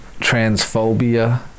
transphobia